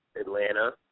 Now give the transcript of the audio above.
Atlanta